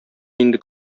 инде